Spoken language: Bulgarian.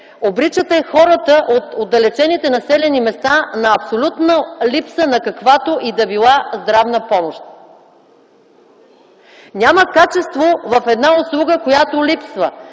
обричате хората от отдалечените населени места на абсолютна липса на каквато и да било здравна помощ. Няма качество в една услуга, която липсва.